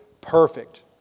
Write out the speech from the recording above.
perfect